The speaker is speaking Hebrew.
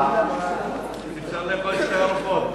תתקשר בפגרה.